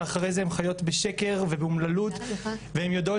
שאחריהן מיד הן חוזרות לחיות בשקר ובאומללות והן יודעות